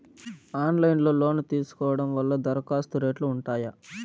Online లో లోను తీసుకోవడం వల్ల దరఖాస్తు రేట్లు ఉంటాయా?